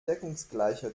deckungsgleiche